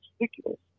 ridiculous